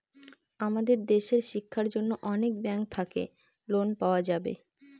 আমাদের দেশের শিক্ষার জন্য অনেক ব্যাঙ্ক থাকে লোন পাওয়া যাবে